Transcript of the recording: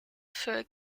für